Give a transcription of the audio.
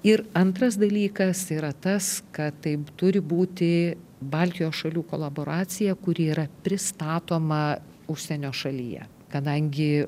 ir antras dalykas yra tas kad taip turi būti baltijos šalių kolaboracija kuri yra pristatoma užsienio šalyje kadangi